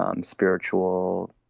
spiritual